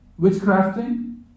witchcrafting